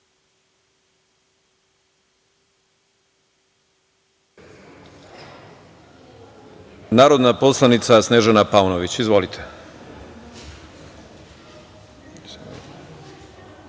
narodni poslanik Snežana Paunović. Izvolite.